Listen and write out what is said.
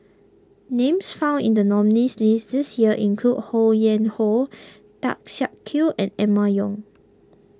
names found in the nominees' list this year include Ho Yuen Hoe Tan Siak Kew and Emma Yong